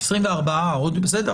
24 עוד בסדר.